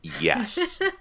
Yes